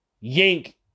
yank